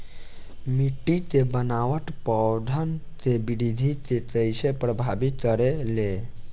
मिट्टी के बनावट पौधन के वृद्धि के कइसे प्रभावित करे ले?